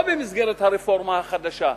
לא במסגרת הרפורמה החדשה.